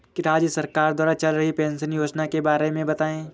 राज्य सरकार द्वारा चल रही पेंशन योजना के बारे में बताएँ?